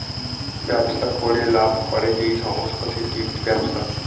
ব্যবসা করে লাভ করে যেই সংস্থা সেইটা একটি ব্যবসা